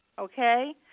okay